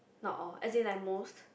not all as in like most